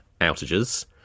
outages